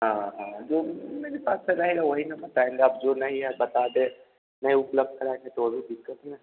हाँ हाँ जो मेरे पास रहेगा वही न बताएँगा अब जो नहीं है बता दें नहीं उपलब्ध कराएँगे तो वह भी दिक्कत ना है